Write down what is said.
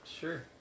Sure